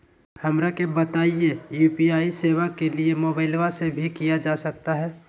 हमरा के बताइए यू.पी.आई सेवा के लिए मोबाइल से भी किया जा सकता है?